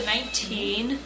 Nineteen